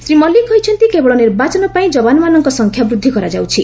ଶ୍ରୀ ମଲ୍ଲିକ କହିଛନ୍ତି କେବଳ ନିର୍ବାଚନ ପାଇଁ ଯବାନମାନଙ୍କ ସଂଖ୍ୟା ବୃଦ୍ଧି କରାଯାଉଛି